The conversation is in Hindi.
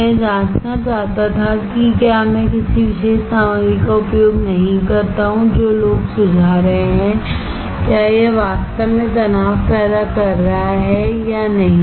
मैं यह जांचना चाहता था कि क्या मैं किसी विशेष सामग्री का उपयोग नहीं करता हूं जो लोग सुझा रहे हैं क्या यह वास्तव में तनाव पैदा कर रहा है या नहीं